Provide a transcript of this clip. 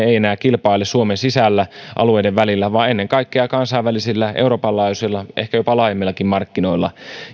ei enää kilpaile suomen sisällä alueiden välillä vaan ennen kaikkea kansainvälisillä euroopan laajuisilla ehkä jopa laajemmillakin markkinoilla